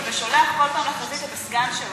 תהיה אכן חברת הכנסת סתיו שפיר,